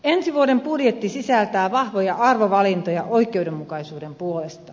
ensi vuoden budjetti sisältää vahvoja arvovalintoja oikeudenmukaisuuden puolesta